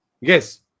Yes